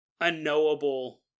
unknowable